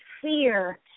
fear